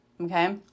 Okay